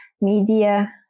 media